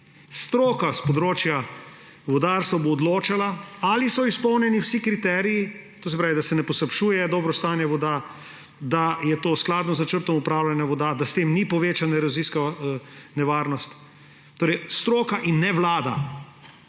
Stroka s področja vodarstva bo odločala, ali so izpolnjeni vsi kriteriji, to se pravi, da se ne poslabšuje dobro stanje voda, da je to skladno z načrtom upravljanja voda, da s tem ni povečana erozijska nevarnost, torej stroka in ne vlada.